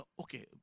okay